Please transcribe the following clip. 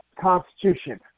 Constitution